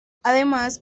además